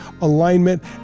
alignment